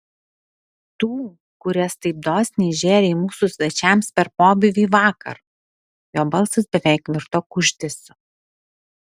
tų kurias taip dosniai žėrei mūsų svečiams per pobūvį vakar jo balsas beveik virto kuždesiu